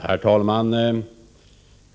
Herr talman!